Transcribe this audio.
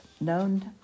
known